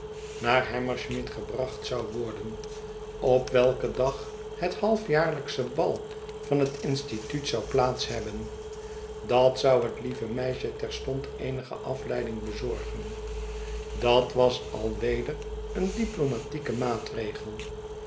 naar hammersmith gebracht zou worden op welken dag het halfjaarlijksche bal van het instituut zou plaats hebben dat zou het lievemeisjeterstond eenige afleiding bezorgen dat was al weder een diplomatieke maatregel